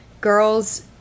girls